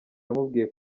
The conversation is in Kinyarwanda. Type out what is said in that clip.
yamubwiye